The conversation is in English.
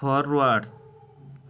forward